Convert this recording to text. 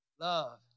love